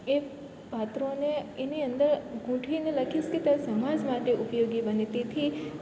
એ પાત્રોને એની અંદર ગોઠવીને લખીશ કે સમાજ માટે ઉપયોગી બને તેથી